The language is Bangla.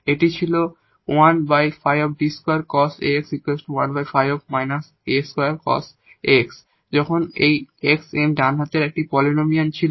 এটি ছিল And this 1 যখন এই 𝑥 𝑚 ডান হাতের একটি পলিনোমিয়াল ছিল